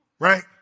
right